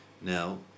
Now